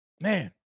Man